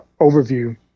overview